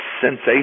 sensation